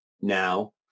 now